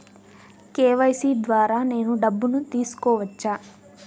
KYC ద్వారా నేను డబ్బును తీసుకోవచ్చా?